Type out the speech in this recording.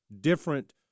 different